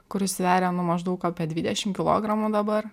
kuris sveria nu maždaug apie dvidešimt kilogramų dabar